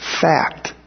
fact